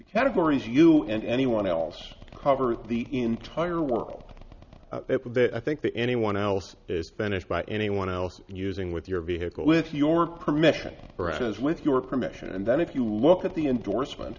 categories you and anyone else covers the entire world i think that anyone else is finished by anyone else using with your vehicle with your permission whereas with your permission and then if you look at the endorsement